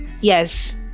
Yes